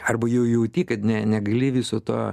arba jau jauti kad ne negali viso to